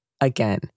Again